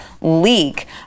leak